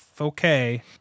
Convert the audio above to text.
Okay